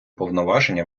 повноваження